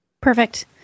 Perfect